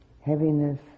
Heaviness